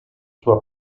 sua